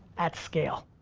at scale.